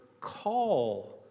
call